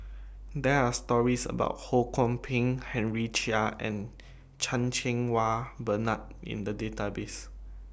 There Are stories about Ho Kwon Ping Henry Chia and Chan Cheng Wah Bernard in The Database